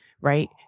right